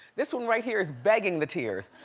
this one right here is begging the tears.